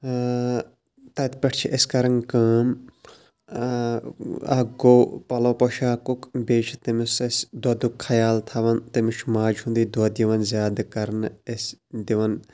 تَتہِ پٮ۪ٹھ چھِ أسۍ کران کٲم اَکھ گوٚو پَلَو پوشاکُک بیٚیہِ چھِ تٔمِس أسۍ دۄدُک خیال تھاوان تٔمِس چھِ ماجہِ ہُنٛدٕے دۄد یِوان زیادٕ کرنہٕ أسۍ دِوان